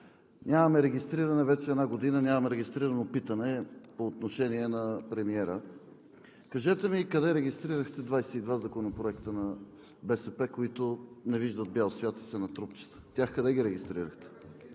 Атанасова, че вече една година нямаме регистрирано питане по отношение на премиера. Кажете ми: къде регистрирахте 22 законопроекта на БСП, които не виждат бял свят и са на трупчета? Тях къде ги регистрирахте?!